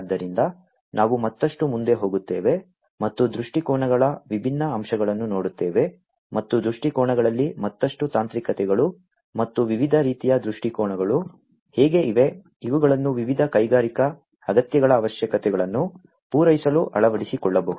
ಆದ್ದರಿಂದ ನಾವು ಮತ್ತಷ್ಟು ಮುಂದೆ ಹೋಗುತ್ತೇವೆ ಮತ್ತು ದೃಷ್ಟಿಕೋನಗಳ ವಿಭಿನ್ನ ಅಂಶಗಳನ್ನು ನೋಡುತ್ತೇವೆ ಮತ್ತು ದೃಷ್ಟಿಕೋನಗಳಲ್ಲಿ ಮತ್ತಷ್ಟು ತಾಂತ್ರಿಕತೆಗಳು ಮತ್ತು ವಿವಿಧ ರೀತಿಯ ದೃಷ್ಟಿಕೋನಗಳು ಹೇಗೆ ಇವೆ ಇವುಗಳನ್ನು ವಿವಿಧ ಕೈಗಾರಿಕಾ ಅಗತ್ಯಗಳ ಅವಶ್ಯಕತೆಗಳನ್ನು ಪೂರೈಸಲು ಅಳವಡಿಸಿಕೊಳ್ಳಬಹುದು